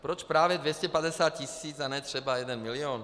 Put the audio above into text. Proč právě 250 tisíc a ne třeba jeden milion?